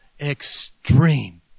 extreme